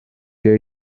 der